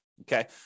Okay